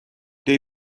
they